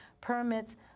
permits